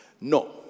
No